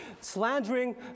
slandering